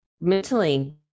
mentally